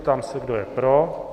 Ptám se, kdo je pro.